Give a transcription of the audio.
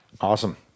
Awesome